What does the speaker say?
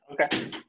Okay